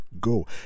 go